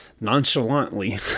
nonchalantly